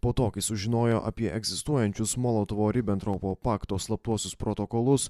po to kai sužinojo apie egzistuojančius molotovo ribentropo pakto slaptuosius protokolus